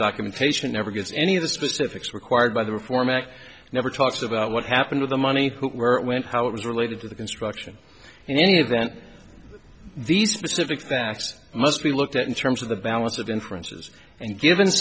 documentation never gets any of the specifics required by the reform act never talks about what happened to the money where it went how it was related to the construction and any of that these specific facts must be looked at in terms of the balance of inferences and given